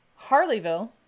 Harleyville